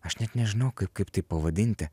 aš net nežinau kaip tai pavadinti